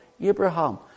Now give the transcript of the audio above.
Abraham